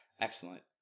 excellent